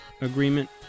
Agreement